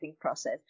process